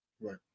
Right